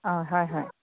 অঁ হয় হয়